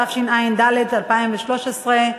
התשע"ד 2013,